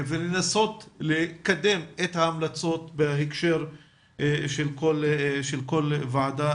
ולנסות לקדם את ההמלצות בהקשר של כל ועדה.